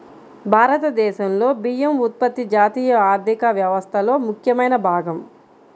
భారతదేశంలో బియ్యం ఉత్పత్తి జాతీయ ఆర్థిక వ్యవస్థలో ముఖ్యమైన భాగం